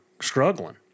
struggling